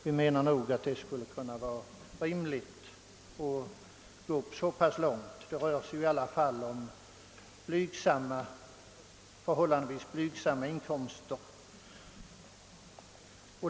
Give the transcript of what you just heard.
Vi anser att det skulle vara rimligt att sträcka sig så långt. Det rör sig i alla fall om förhållandevis blygsamma inkomster.